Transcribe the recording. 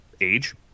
Age